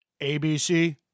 ABC